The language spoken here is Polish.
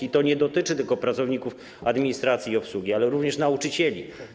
I to nie dotyczy tylko pracowników administracji i obsługi, ale również nauczycieli.